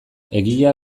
egia